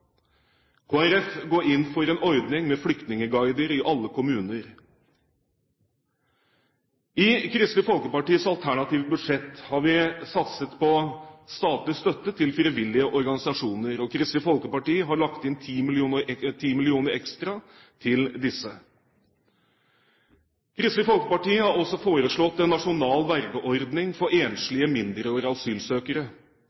går inn for en ordning med flyktningguider i alle kommuner. I Kristelig Folkepartis alternative budsjett har vi satset på statlig støtte til frivillige organisasjoner, og Kristelig Folkeparti har lagt inn 10 mill. kr ekstra til disse. Kristelig Folkeparti har også foreslått en nasjonal vergeordning for